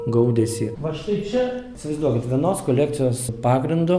gaudesį va štai čia įsivaizduokit vienos kolekcijos pagrindu